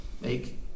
make